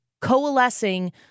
coalescing